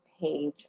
page